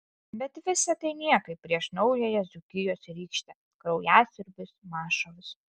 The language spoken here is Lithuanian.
bet visa tai niekai prieš naująją dzūkijos rykštę kraujasiurbius mašalus